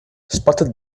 spotted